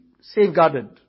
safeguarded